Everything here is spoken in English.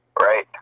right